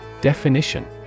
Definition